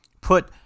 put